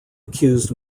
accused